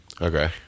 Okay